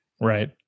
Right